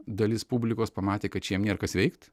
dalis publikos pamatė kad čia jiem nėr kas veikt